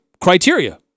criteria